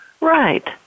Right